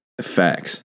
Facts